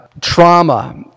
trauma